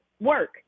work